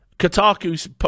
Kotaku's